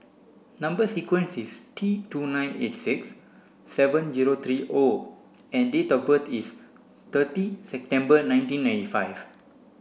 number sequence is T two nine eight six seven zero three O and date of birth is thirty September nineteen ninety five